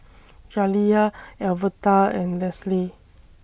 Jaliyah Alverta and Lesly